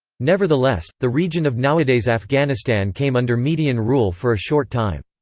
nevertheless, the region of nowadays afghanistan came under median rule for a short time.